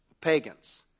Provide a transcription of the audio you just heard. pagans